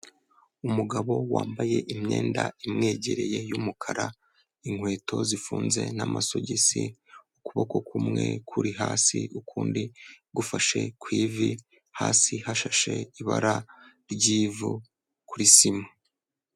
Umugabo wambaye imyenda imwegereye y'umukara, inkweto zifunze n'amasogisi, ukuboko kumwe kuri hasi, ukundi gufashe ku ivi, hasi hashashe ibara ry'ivu kuri sima.